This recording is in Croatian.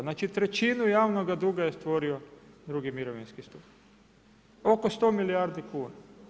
Znači, trećinu javnog duga je stvorio II mirovinski stup, oko 100 milijardi kuna.